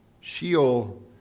Sheol